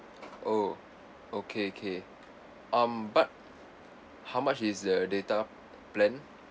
oh okay okay um but how much is the data plan